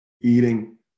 eating